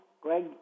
Greg